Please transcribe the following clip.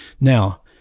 now